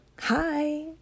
hi